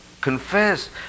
confess